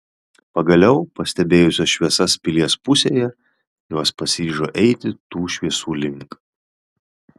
pagaliau pastebėjusios šviesas pilies pusėje jos pasiryžo eiti tų šviesų link